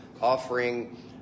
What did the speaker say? offering